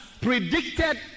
predicted